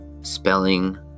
spelling